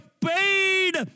paid